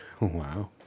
Wow